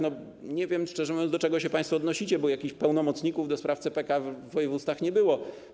Nie wiem, szczerze mówiąc, do czego się państwo odnosicie, bo jakichś pełnomocników do spraw CPK w województwach nie było.